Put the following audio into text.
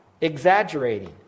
exaggerating